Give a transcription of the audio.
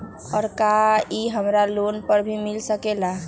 और का इ हमरा लोन पर भी मिल सकेला?